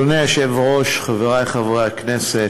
אדוני היושב-ראש, חברי חברי הכנסת,